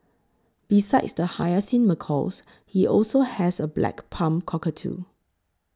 besides the hyacinth macaws he also has a black palm cockatoo